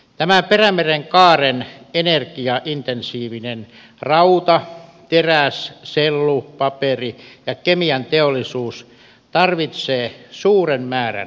tämä perämerenkaaren energiaintensiivinen rauta teräs sellu paperi ja kemianteollisuus tarvitsee suuren määrän energiaa